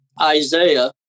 Isaiah